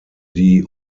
die